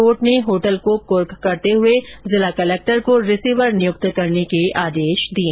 court ने hotel को कुर्क करते हुए जिला कलक्टर को रिसीवर नियुक्त करने के आदेश दिए